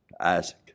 Isaac